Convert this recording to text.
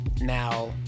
now